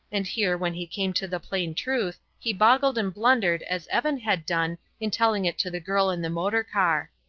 and here when he came to the plain truth he boggled and blundered as evan had done in telling it to the girl in the motor-car.